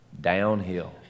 downhill